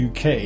UK